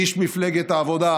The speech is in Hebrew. איש מפלגת העבודה,